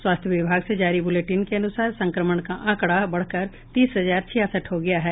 स्वास्थ्य विभाग से जारी बुलेटिन के अनुसार संक्रमण का आंकडा बढकर तीस हजार छियासठ हो गया है